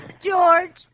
George